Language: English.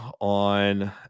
on